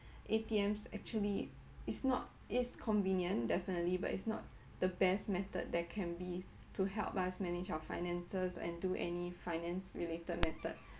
A_T_Ms actually it's not it's convenient definitely but it's not the best method that can be to help us manage our finances and do any finance related method